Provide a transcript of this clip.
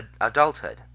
adulthood